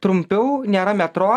trumpiau nėra metro